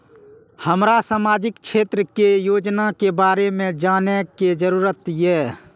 हमरा सामाजिक क्षेत्र के योजना के बारे में जानय के जरुरत ये?